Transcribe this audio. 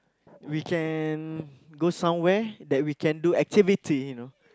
we can go somewhere that we can do activity you know